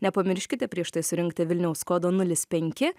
nepamirškite prieš tai surinkti vilniaus kodą nulis penki